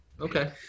Okay